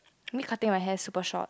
me cutting my hair super short